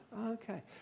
Okay